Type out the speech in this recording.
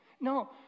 No